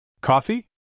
Coffee